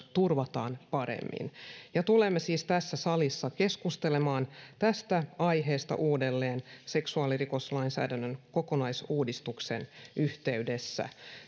turvataan paremmin tulemme siis tässä salissa keskustelemaan tästä aiheesta uudelleen seksuaalirikoslainsäädännön kokonaisuudistuksen yhteydessä